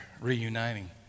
reuniting